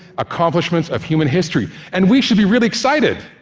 accomplishments of human history, and we should be really excited,